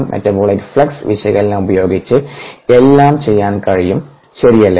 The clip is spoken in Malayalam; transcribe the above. മെറ്റാബോലൈറ്റ് ഫ്ലക്സ് വിശകലനം ഉപയോഗിച്ച് എല്ലാം ചെയ്യാൻ കഴിയും ശരിയല്ലേ